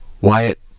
Wyatt